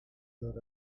not